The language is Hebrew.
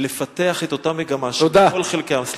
לפתח את אותה מגמה שבכל חלקי העם, תודה.